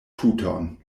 tuton